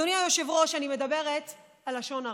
אדוני היושב-ראש, אני מדברת על לשון הרע,